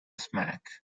smack